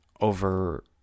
over